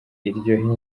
iryo